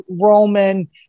Roman